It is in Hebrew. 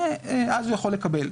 ואז הוא יכול לקבל.